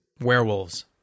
Werewolves